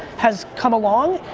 has come along,